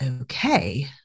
okay